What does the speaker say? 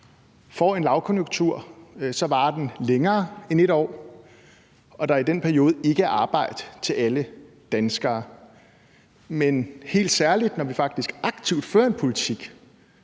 får en lavkonjunktur, varer den længere end 1 år, og at der i den periode ikke er arbejde til alle danskere, men at vi, når vi aktivt fører en politik